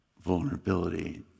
vulnerability